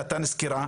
הוא נתן סקירה.